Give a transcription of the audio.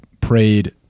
prayed